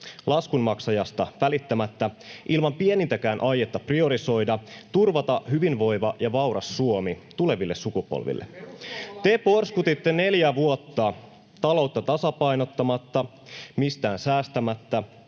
laskunmaksajasta välittämättä, ilman pienintäkään aihetta priorisoida, turvata hyvinvoiva ja vauras Suomi tuleville sukupolville. [Aki Lindénin välihuuto] Te porskutitte neljä vuotta taloutta tasapainottamatta, mistään säästämättä.